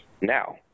Now